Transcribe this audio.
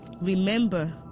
Remember